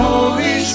Holy